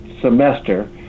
semester